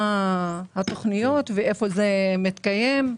מה התוכניות ואיפה זה מתקיים,